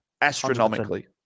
astronomically